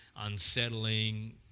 unsettling